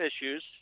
issues